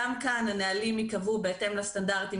גם כאן הנהלים ייקבעו בהתאם ל סטנדרטים